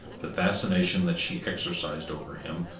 the fascination that she exercised over him,